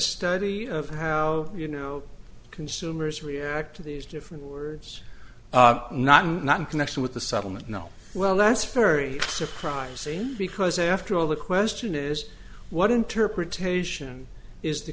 study of how you know consumers react to these different words not not in connection with the settlement no well that's very surprising because after all the question is what interpretation is the